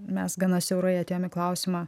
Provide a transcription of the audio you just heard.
mes gana siaurai atėjom į klausimą